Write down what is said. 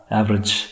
average